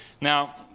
Now